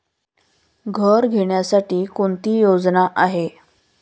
घर घेण्यासाठी कोणती योजना आहे?